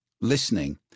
listening